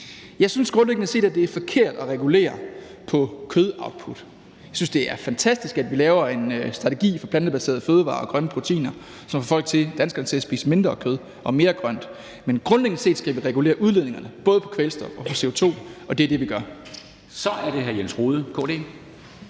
Jeg synes grundlæggende set, at det er forkert at regulere kødoutput. Jeg synes, det er fantastisk, at vi laver en strategi for plantebaserede fødevarer og grønne proteiner, som får folk, danskerne, til at spise mindre kød og mere grønt, men grundlæggende set skal vi regulere udledningerne, både af kvælstof og af CO2, og det er det, vi gør. Kl. 09:44 Formanden